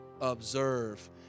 Observe